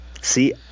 see